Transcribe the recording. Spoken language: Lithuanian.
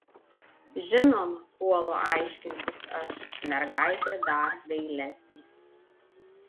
žinoma puolu aiškintis aš mergaitė dar dailesnė